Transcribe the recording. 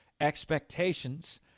Expectations